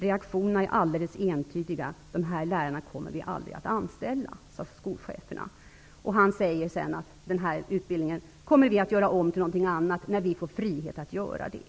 Reaktionerna är alldeles entydiga. De här lärarna kommer vi aldrig att anställa. Per Olof Bentley säger också att man kommer att göra om denna utbildning till någonting annat, när man får frihet att göra det.